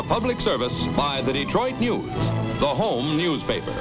the public service by the detroit news the home newspaper